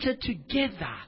together